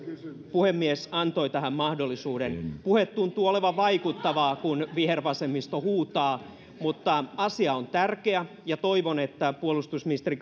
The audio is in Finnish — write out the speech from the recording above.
puhemies antoi tähän mahdollisuuden puhe tuntuu olevan vaikuttavaa kun vihervasemmisto huutaa mutta asia on tärkeä ja toivon että puolustusministeri